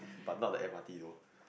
but not the M_R_T though